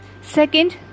Second